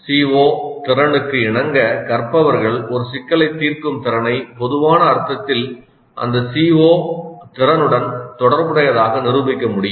CO திறனுக்கு இணங்க கற்பவர்கள் ஒரு சிக்கலைத் தீர்க்கும் திறனை பொதுவான அர்த்தத்தில் அந்த CO திறனுடன் தொடர்புடையதாக நிரூபிக்க முடியும்